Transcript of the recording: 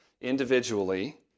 individually